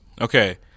okay